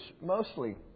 mostly